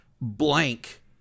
blank